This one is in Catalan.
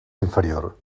inferior